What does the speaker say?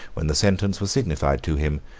when the sentence was signified to him,